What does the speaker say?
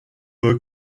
the